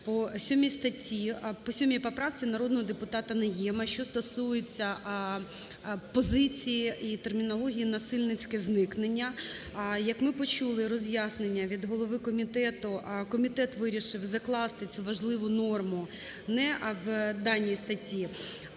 по 7 поправці народного депутатаНайєма, що стосується позиції і термінології "насильницьке зникнення". Як ми почули роз'яснення від голови комітету, комітет вирішив закласти цю важливу норму не в даній статті,